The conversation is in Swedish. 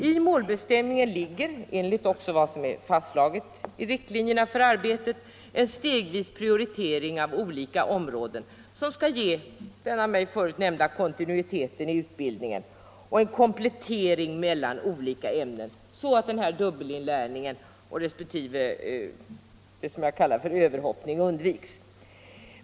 I målbestämningen ligger, enligt vad som också är fastslaget i riktlinjerna för arbetet, en stegvis prioritering av olika områden, som skall skapa den av mig förut nämnda kontinuiteten i utbildningen och en komplettering mellan olika ämnen, så att dubbelinlärning respektive det som jag kallar överhoppning undviks.